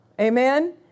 Amen